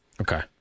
Okay